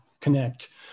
connect